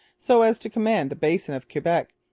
so as to command the basin of quebec,